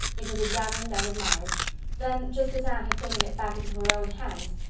it was examined and admired then, just as anne had taken it back into her own hands,